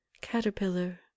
caterpillar